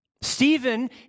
Stephen